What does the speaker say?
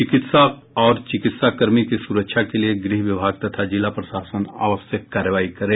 चिकित्सक और चिकित्सा कर्मी की सुरक्षा के लिए गृह विभाग तथा जिला प्रशासन आवश्यक कार्रवाई करे